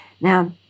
Now